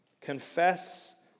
Confess